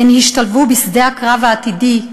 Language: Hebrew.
הן השתלבו ב"שדה הקרב העתידי",